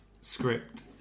script